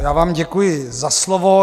Já vám děkuji za slovo.